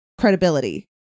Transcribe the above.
credibility